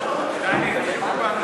שטייניץ.